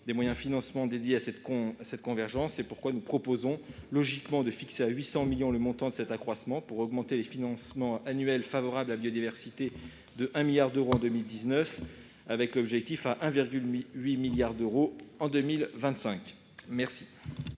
des moyens financiers consacrés à cette convergence. C'est pourquoi nous proposons logiquement de fixer à 800 millions d'euros le montant de cet accroissement pour augmenter les financements annuels favorables à la biodiversité de 1 milliard d'euros en 2019 avec un objectif de 1,8 milliard d'euros en 2025. Quel